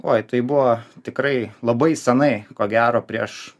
oi tai buvo tikrai labai senai ko gero prieš